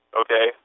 okay